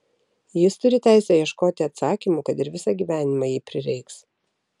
jis turi teisę ieškoti atsakymų kad ir visą gyvenimą jei prireiks